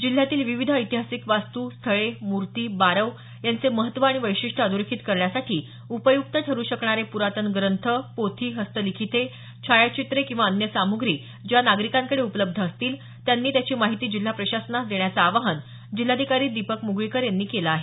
जिल्ह्यातील विविध ऐतिहासिक वास्तु स्थळे मूर्ती बारव यांचे महत्त्व आणि वैशिष्ट्ये अधोरेखीत करण्यासाठी उपयुक्त ठरु शकणारे पुरातन ग्रंथ पोथी हस्तलिखीते छायाचित्रे किंवा अन्य सामुग्री ज्या नागरिकांकडे उपलब्ध असतील त्यांनी त्याची माहिती जिल्हा प्रशासनास देण्याचं आवाहन जिल्हाधिकारी दीपक म्गळीकर यांनी केलं आहे